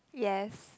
yes